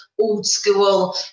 old-school